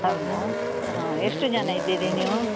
ಹೌದ ಎಷ್ಟು ಜನ ಇದ್ದೀರಿ ನೀವು